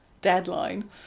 deadline